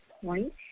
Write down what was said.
point